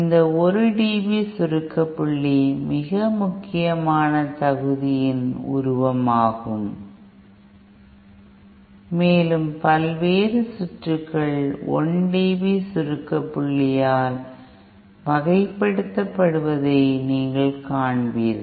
இந்த 1 dB சுருக்க புள்ளி மிக முக்கியமான தகுதியின் உருவமாகும் மேலும் பல்வேறு சுற்றுகள் 1 dB சுருக்க புள்ளியால் வகைப்படுத்தப்படுவதை நீங்கள் காண்பீர்கள்